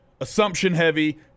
assumption-heavy